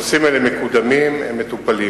הנושאים האלה מקודמים, הם מטופלים.